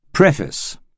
Preface